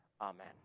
Amen